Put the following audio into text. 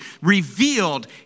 revealed